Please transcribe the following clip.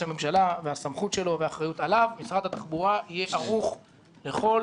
הממשלה והסמכות שלו והאחריות עליו משרד התחבורה יהיה ערוך לכל